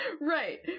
Right